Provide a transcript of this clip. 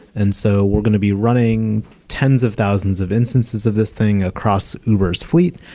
and so we're going to be running tens of thousands of instances of this thing across uber s fleet,